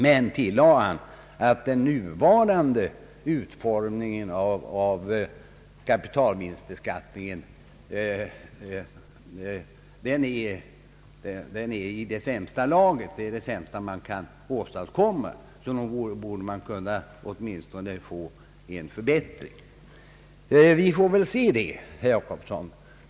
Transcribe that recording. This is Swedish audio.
Han tillade dock att den nuvarande utformningen av kapitalvinstbeskattningen är det sämsta man kan åstadkomma, så att nog borde man åtminstone kunna få en förbättring. Vi får väl se det, herr Jacobsson.